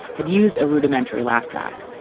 had used a rudimentary laugh track,